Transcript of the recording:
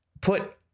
put